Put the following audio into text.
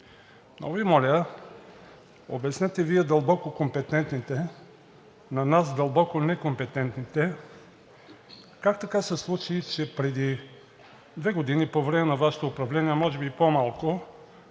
Ви моля, обяснете Вие, дълбоко компетентните, на нас, дълбоко некомпетентните, как така се случи, че преди две години по време на Вашето управление, а може би и по-малко,